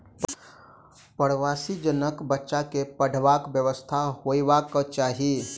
प्रवासी जनक बाल बच्चा के पढ़बाक व्यवस्था होयबाक चाही